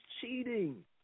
cheating